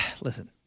listen